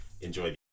Enjoy